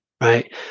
Right